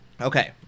Okay